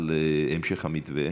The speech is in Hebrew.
על המשך המתווה